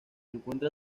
encuentra